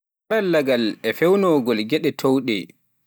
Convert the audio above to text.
Karallaagal e peewnugol geɗe toowɗe